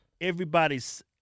everybody's